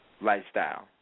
lifestyle